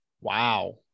Wow